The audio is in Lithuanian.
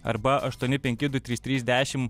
arba aštuoni penki du trys trys dešim